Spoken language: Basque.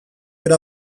era